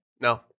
no